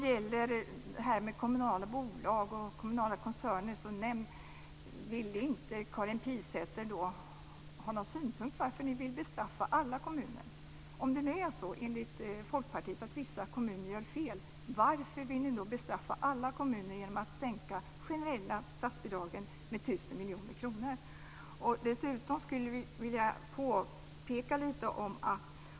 När det gäller kommunala bolag och kommunala koncerner så gav Karin Pilsäter inte några synpunkter på varför man vill bestraffa alla kommuner. Om vissa kommuner enligt Folkpartiet gör fel, varför vill ni då bestraffa alla kommuner genom att sänka de generella statsbidragen med 1 000 miljoner kronor. Dessutom skulle jag vilja göra ett påpekande.